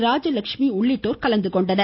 ராஜலட்சுமி உள்ளிட்டோர் கலந்துகொண்டனர்